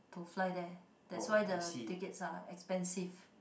to fly there that's why the tickets are expensive